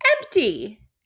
Empty